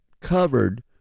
covered